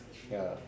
ya